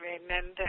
Remember